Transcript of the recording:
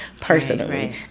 personally